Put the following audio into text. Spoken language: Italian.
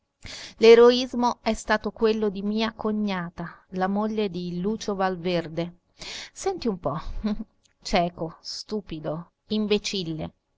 l'eroismo è stato quello di mia cognata la moglie di lucio valverde senti un po cieco stupido imbecille